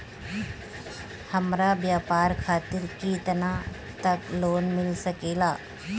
हमरा व्यापार खातिर केतना तक लोन मिल सकेला?